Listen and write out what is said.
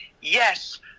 Yes